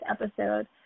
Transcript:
episode